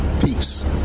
Peace